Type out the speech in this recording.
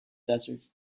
desert